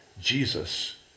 Jesus